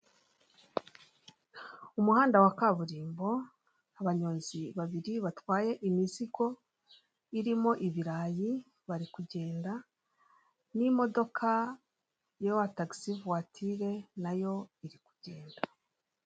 Umuhanda wa kaburimbo, abanyonzi babiri batwaye imizigo irimo ibirayi, bari kugenda n'imodoka y'uwa tagisi vature nayo iri kugenda.